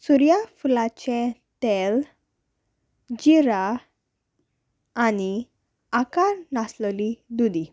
सुर्याफुलांचें तेल जिरा आनी आकार नासलेली दुदी